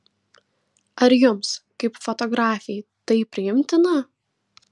ar jums kaip fotografei tai priimtina